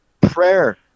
prayer